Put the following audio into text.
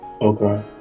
Okay